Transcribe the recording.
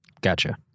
Gotcha